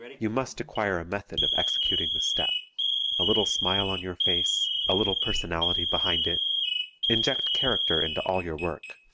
you must acquire a method of executing the step a little smile on your face a little personality behind it inject character into all your work.